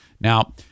Now